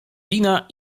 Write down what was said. wina